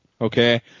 Okay